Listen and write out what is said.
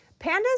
Pandas